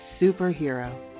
superhero